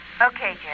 Okay